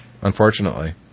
unfortunately